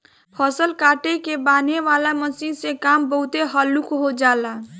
फसल काट के बांनेह वाला मशीन से काम बहुत हल्लुक हो जाला